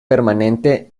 permanente